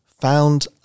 found